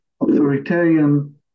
authoritarian